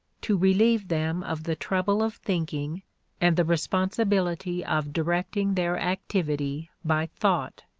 to relieve them of the trouble of thinking and the responsibility of directing their activity by thought.